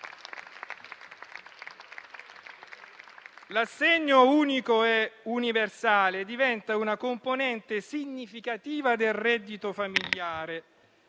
L'assegno unico e universale diventa una componente significativa del reddito familiare,